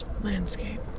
landscape